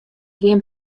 gean